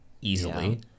Easily